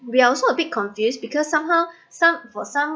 we're also a bit confused because somehow some for some